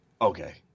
okay